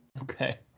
okay